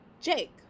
Jake